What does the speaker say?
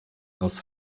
aus